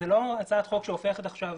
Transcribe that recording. זאת לא הצעת חוק שהופכת עכשיו